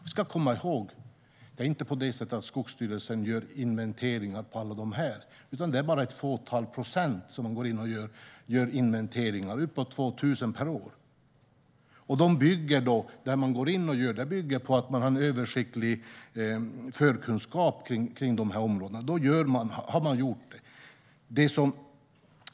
Vi ska komma ihåg att Skogsstyrelsen inte gör inventeringar av alla dessa, utan det är bara ett fåtal procent som de går in och gör inventeringar av - uppemot 2 000 per år. Det bygger på att man har en översiktlig förkunskap om de här områdena, och då har man gjort det.